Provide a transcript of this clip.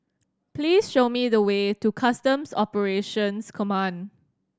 please show me the way to Customs Operations Command